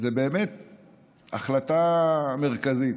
זו באמת החלטה מרכזית.